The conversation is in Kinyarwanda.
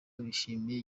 bishimira